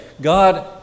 God